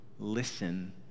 Listen